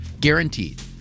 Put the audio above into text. Guaranteed